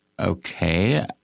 Okay